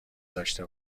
داشته